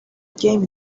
game